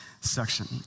section